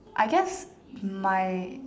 I guess my